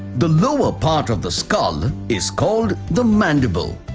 the lower part of the skull is called the mandible.